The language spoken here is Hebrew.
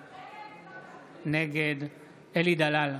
נגד אלי דלל,